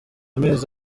amezi